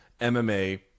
MMA